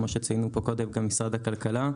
כמו שציינו פה קודם משרד הכלכלה.